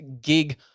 gig